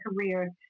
career